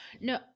No